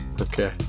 Okay